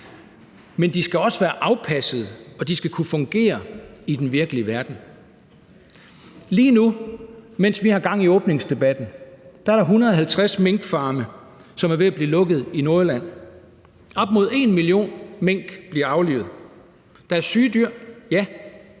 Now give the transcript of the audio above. men de skal også være afpasset, og de skal kunne fungere i den virkelige verden. Lige nu, mens vi har gang i åbningsdebatten, er der 150 minkfarme, som er ved at blive lukket i Nordjylland. Op mod 1 million mink bliver aflivet. Der er syge dyr, ja,